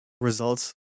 results